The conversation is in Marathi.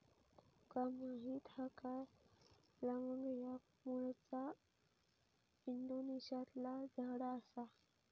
तुका माहीत हा काय लवंग ह्या मूळचा इंडोनेशियातला झाड आसा